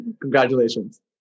Congratulations